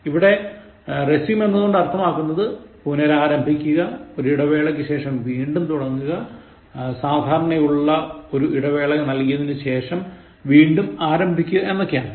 ഇവിടെ resume എന്നതുകൊണ്ട് അർത്ഥമാക്കുന്നത് പുനരാരംഭിക്കുക ഒരു ഇടവേളക്കു ശേഷം വീണ്ടും തുടങ്ങുക സാധാരണയുള്ള ഒരു ഇടവേള നൽകിയതിനു ശേഷം വീണ്ടും ആരംഭിക്കുക എന്നൊക്കെയാണ്